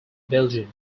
belgium